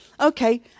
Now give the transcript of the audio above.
Okay